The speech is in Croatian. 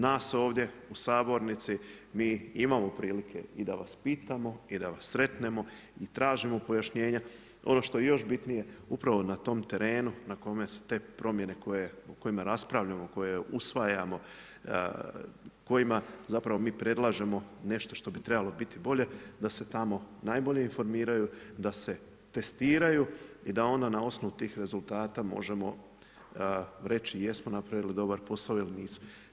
Nas ovdje u sabornici mi imamo prilike i da vas pitamo i da vas sretnemo i tražimo pojašnjenja, ono što je još bitnije, upravo na tom terenu na kome se te promjene o kojima raspravljamo, koje usvajamo, kojima zapravo mi predlažemo nešto što bi trebalo biti bolje, da se tamo najbolje informiraju, da se testiraju i da onda na osnovu tih rezultata možemo reći jesmo napravili dobar posao ili nismo.